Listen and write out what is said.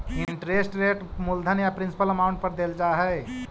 interest rate मूलधन या principal amount पर देल जा हई